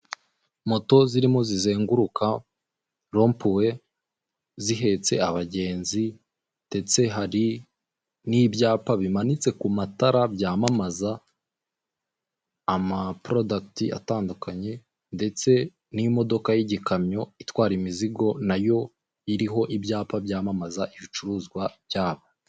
Moto zirimo zizenguruka rompuwe, zihetse abagenzi ndetse hari n'ibyapa bimanitse ku matara byamamaza ama purodagiti atandukanye, ndetse n'imodoka y'igikamyo itwara imizigo, nayo iriho ibyapa byamamaza ibicuruzwa byabo.